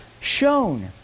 shown